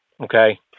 Okay